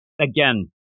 again